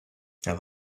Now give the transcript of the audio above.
have